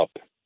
up